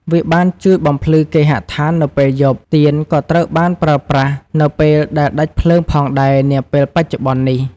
វាបានជួយបំភ្លឺគេហដ្ឋាននៅពេលយប់ ទៀនក៏ត្រូវបានប្រើប្រាស់នៅពេលដែលដាច់ភ្លើងផងដែរនាពេលបច្ចុប្បន្ននេះ។